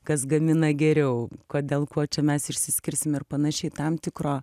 kas gamina geriau kodėl kuo čia mes išsiskirsim ir panašiai tam tikro